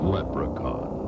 Leprechaun